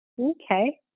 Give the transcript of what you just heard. Okay